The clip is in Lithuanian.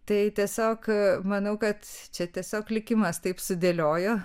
tai tiesiog manau kad čia tiesiog likimas taip sudėliojo